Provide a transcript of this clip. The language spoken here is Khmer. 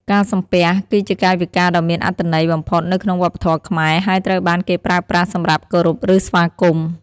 ការសំពះ គឺជាកាយវិការដ៏មានអត្ថន័យបំផុតនៅក្នុងវប្បធម៌ខ្មែរ ហើយត្រូវបានគេប្រើប្រាស់សម្រាប់គោរពឬស្វាគមន៍។